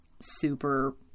super